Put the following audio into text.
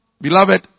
beloved